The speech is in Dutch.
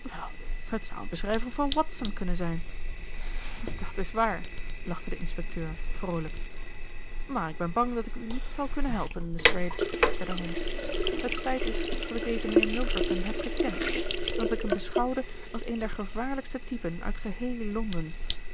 het zou een beschrijving van watson kunnen zijn dat is waar lachte de inspecteur vroolijk maar ik ben bang dat ik u niet zal kunnen helpen lestrade zeide holmes het feit is dat ik dezen mijnheer milverton heb gekend en dat ik hem beschouwde als een der gevaarlijkste typen uit geheel londen